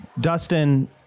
Dustin